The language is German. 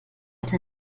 auch